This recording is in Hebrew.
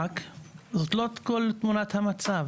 זאת לא כל תמונת המצב,